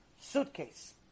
suitcase